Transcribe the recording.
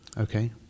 Okay